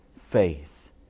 faith